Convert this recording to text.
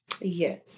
Yes